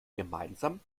gemeinsam